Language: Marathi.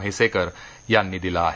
म्हैसेकर यांनी दिला आहे